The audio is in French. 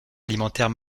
alimentaire